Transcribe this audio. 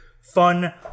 fun